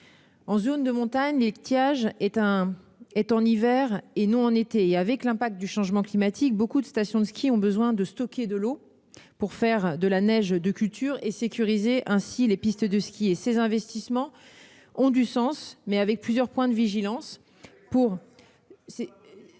En zone de montagne, l'étiage se produit en hiver, et non en été. Avec l'impact du changement climatique, de nombreuses stations de ski ont besoin de stocker de l'eau pour faire de la neige de culture et sécuriser ainsi les pistes de ski. Ces investissements ont du sens, mais il faut prévoir plusieurs points de vigilance.